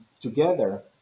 together